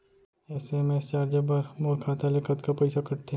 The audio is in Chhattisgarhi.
एस.एम.एस चार्ज बर मोर खाता ले कतका पइसा कटथे?